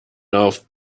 auf